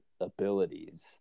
abilities